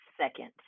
second